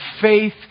faith